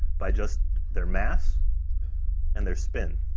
by just their mass and their spin.